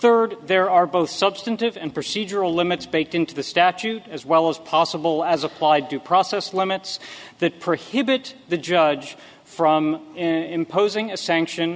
third there are both substantive and procedural limits baked into the statute as well as possible as applied due process limits that prohibit the judge from in posing a sanction